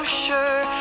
sure